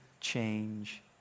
change